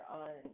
on